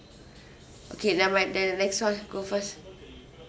okay never mind then the next one go first